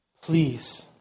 please